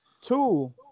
Two